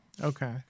okay